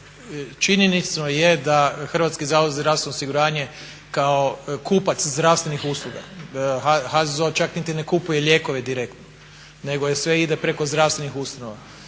Činjenica je da HZZO kao kupac zdravstvenih usluga, HZZO čak niti ne kupuje lijekove direktno nego sve ide preko zdravstvenih ustanova.